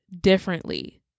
differently